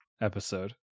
episode